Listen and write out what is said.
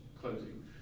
closing